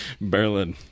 Berlin